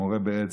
"מורה באצבע",